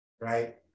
right